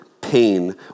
pain